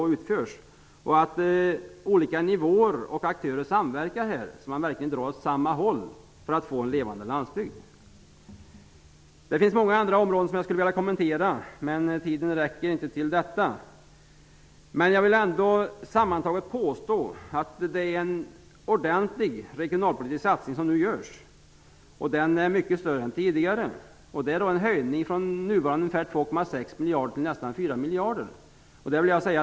Aktörer på olika nivåer samverkar för att verkligen arbetar åt samma håll för att på så sätt få en levande landsbygd. Det finns många andra områden jag skulle vilka kommentera. Men tiden räcker inte till. Jag vill ändå sammantaget påstå att det görs en ordentlig regionalpolitisk satsning. Den är större än tidigare. Det är fråga om en ökning från nuvarande 2,6 miljarder till nästan 4 miljarder.